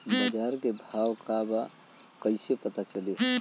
बाजार के भाव का बा कईसे पता चली?